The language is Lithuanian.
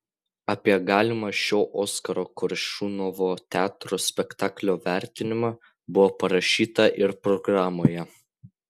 apie galimą šio oskaro koršunovo teatro spektaklio vertimą buvo parašyta ir programoje